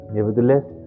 Nevertheless